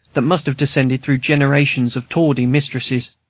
that must have descended through generations of tawdry mistresses.